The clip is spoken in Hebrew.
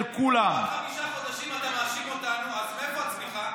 חמישה חודשים אתה מאשים אותנו, אז מאיפה הצמיחה?